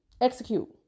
execute